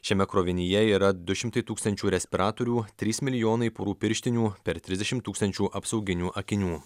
šiame krovinyje yra du šimtai tūkstančių respiratorių trys milijonai porų pirštinių per trisdešimt tūkstančių apsauginių akinių